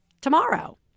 tomorrow